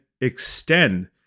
extend